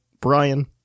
Brian